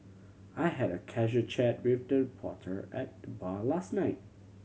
I had a casual chat with the reporter at the bar last night